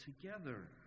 together